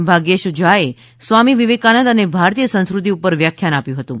ભાગ્યેશ ઝા એ સ્વામી વિવેકાનંદ અને ભારતીય સંસ્ક્રતિ પર વ્યાખ્યાન આપ્યું હતું